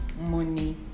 money